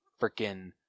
Freaking